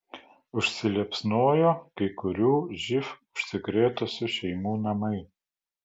užsiliepsnojo kai kurių živ užsikrėtusių šeimų namai